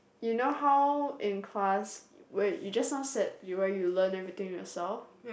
you know how in class where you just now said where you learn everything yourself